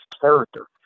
character